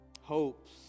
Hopes